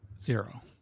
zero